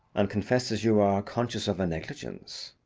and confesses you are conscious of a negligence.